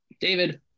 david